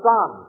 Son